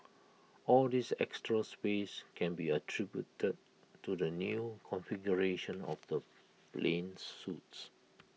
all this extra space can be attributed to the new configuration of the plane's suites